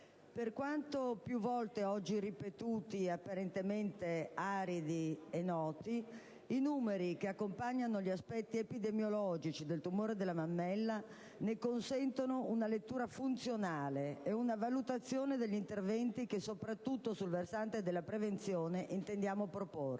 per quanto più volte oggi ripetuti e apparentemente aridi e noti, i numeri che accompagnano gli aspetti epidemiologici del tumore della mammella ne consentono una lettura funzionale e una valutazione degli interventi che, soprattutto sul versante della prevenzione, intendiamo proporre.